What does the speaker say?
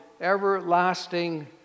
everlasting